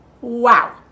wow